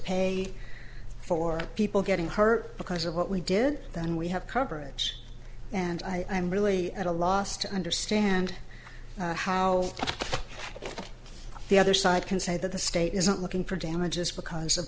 pay for people getting hurt because of what we did then we have coverage and i am really at a loss to understand how the other side can say that the state isn't looking for damages because of